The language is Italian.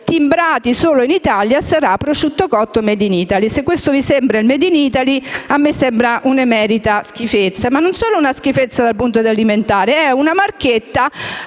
timbrati in Italia diventeranno prosciutto cotto *made in Italy*. Se questo vi sembra il *made in Italy*! A me sembra un'emerita schifezza. Non solo è una schifezza dal punto di vista alimentare, è anche una marchetta